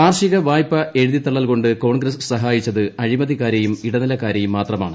കാർഷിക വായ്പ എഴുതിത്തള്ളൽ കൊണ്ട് കോൺഗ്രസ് സഹായിച്ചത് അഴിമതിക്കാരെയും ഇടനിലക്കാരെയും മാത്രമാണ്